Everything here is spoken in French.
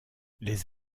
les